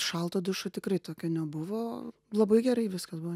šalto dušo tikrai tokio nebuvo labai gerai viskas buvo